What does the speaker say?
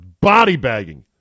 Body-bagging